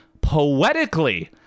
poetically